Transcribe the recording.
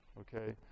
Okay